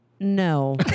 no